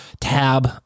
Tab